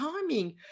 timing